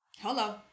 Hello